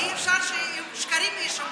אי-אפשר שיישמעו שקרים.